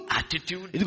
attitude